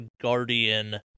guardian